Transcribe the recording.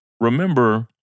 remember